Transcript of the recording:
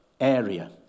Area